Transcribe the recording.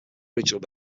original